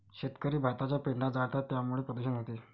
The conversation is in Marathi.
शेतकरी भाताचा पेंढा जाळतात त्यामुळे प्रदूषण होते